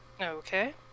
Okay